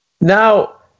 Now